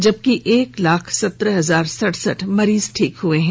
जबकि एक लाख सत्रह हजार सरसठ मरीज ठीक हुए हैं